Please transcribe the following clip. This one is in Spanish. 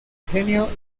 genio